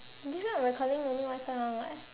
this one recording only one side [one] [what]